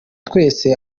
twese